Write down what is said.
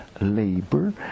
labor